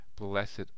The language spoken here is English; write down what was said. Blessed